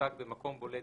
שתוצג במקום בולט,